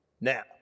Now